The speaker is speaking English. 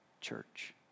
church